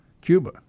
Cuba